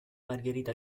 margherita